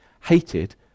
hated